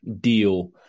deal